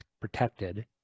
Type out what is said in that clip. protected